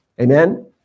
Amen